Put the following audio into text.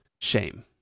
shame